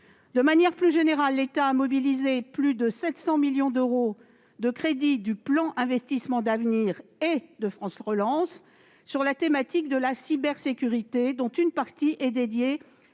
De manière plus générale, l'État a mobilisé plus de 700 millions d'euros de crédits du programme d'investissements d'avenir et de France Relance sur la thématique de la cybersécurité, dont une partie est dédiée